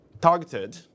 targeted